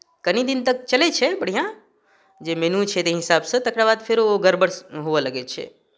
कनी दिन तक चलै छै बढ़िआँ जे मेनू छै ताहि हिसाबसँ तकरा बाद फेरो गड़बड़ हुअ लगै छै